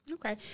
Okay